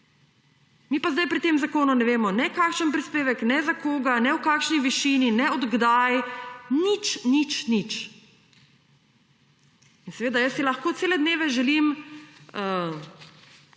Mi pa zdaj pri tem zakonu ne vemo, ne kakšen prispevek, ne za koga, ne v kakšni višini, ne od kdaj. Nič, nič, nič. In seveda, jaz si lahko cele dneve želim prekrasno